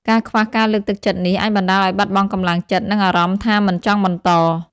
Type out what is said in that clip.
ការខ្វះការលើកទឹកចិត្តនេះ អាចបណ្តាលឲ្យបាត់បង់កម្លាំងចិត្ត និងអារម្មណ៍ថាមិនចង់បន្ត។